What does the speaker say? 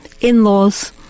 in-laws